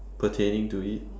pertaining to it